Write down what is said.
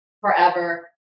forever